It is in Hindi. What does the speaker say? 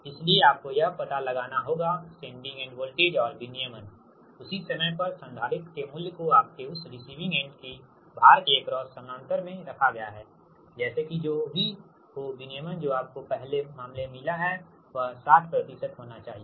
इसलिए आपको यह पता लगाना होगा सेंडिंग एंड वोल्टेज और विनियमनउसी समय पर संधारित्र के मूल्य को आपके उस रिसीविंग एंड कि भार के एक्रोस समानांतर में रखा गया है जैसे कि जो भी हो विनियमन जो आपको पहले मामले में मिला है वह 60 होना चाहिए